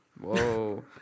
Whoa